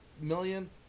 million